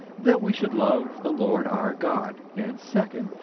that we should love the lord our god, and, second,